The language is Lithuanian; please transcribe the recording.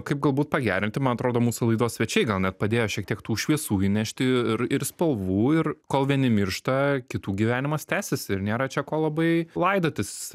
kaip galbūt pagerinti man atrodo mūsų laidos svečiai gal net padėjo šiek tiek tų šviesų įnešti ir ir spalvų ir kol vieni miršta kitų gyvenimas tęsiasi ir nėra čia ko labai laidotis